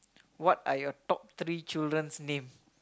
what are your top three children's name